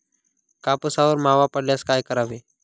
कापसावर मावा पडल्यास काय करावे?